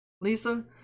Lisa